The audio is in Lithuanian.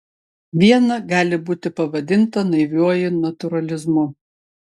viena gali būti pavadinta naiviuoju natūralizmu